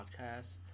podcast